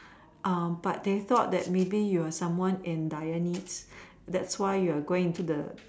um but they thought that maybe you are someone that are dire yearned that's you going to the